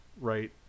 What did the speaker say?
right